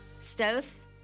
Stealth